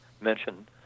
mentioned